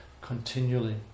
continually